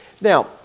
Now